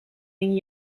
een